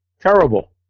terrible